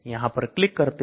यहां पर क्लिक करते हैं